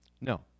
No